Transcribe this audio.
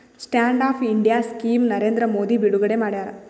stand up India scheme Narendra Modi ಬಿಡುಗಡೆ ಮಾಡ್ಯಾರ